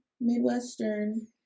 midwestern